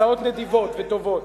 הצעות נדיבות וטובות.